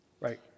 Right